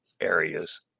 areas